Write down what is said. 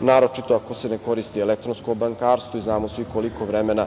naročito ako se ne koristi elektronsko bankarstvo i znamo svi koliko vremena